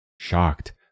Shocked